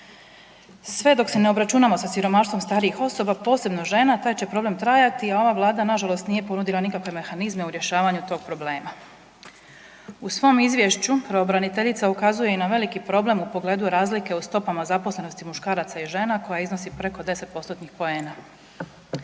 Sve dok se ne obračunamo sa siromaštvom starijih osoba, posebno žena, taj će problem trajati, a ova vlada nažalost nije ponudila nikakve mehanizme u rješavanju tog problema. U svom izvješću pravobraniteljica ukazuje i na veliki problem u pogledu razlike u stopama zaposlenosti muškaraca i žena koja iznosi preko 10%-tnih poena.